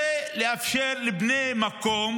זה מאפשר לבני מקום